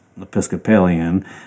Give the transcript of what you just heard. Episcopalian